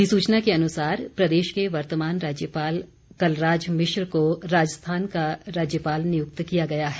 अधिसुचना के अनुसार प्रदेश के वर्तमान राज्यपाल कलराज मिश्र को राजस्थान का राज्यपाल नियुक्त किया गया है